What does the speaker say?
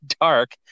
dark